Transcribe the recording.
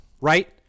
Right